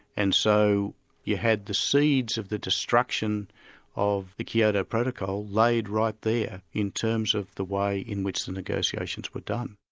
and so you had the seeds of the destruction of the kyoto protocol laid right there, in terms of the way in which the negotiations were done.